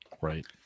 right